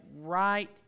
right